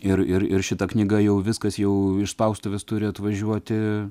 ir ir ir šita knyga jau viskas jau iš spaustuvės turi atvažiuoti